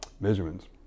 measurements